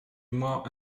more